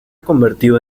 convertido